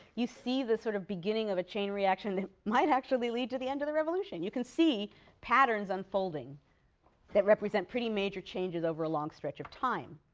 you see the sort of beginning of a chain reaction that might actually lead to the end of the revolution. you can see patterns unfolding that represent pretty major changes over a long stretch of time.